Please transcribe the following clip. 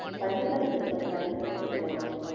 பண்ணிக்கலாங்க டிஸ்கவுண்ட் கண்டிப்பாக பண்ணிக்கலாம் வாங்க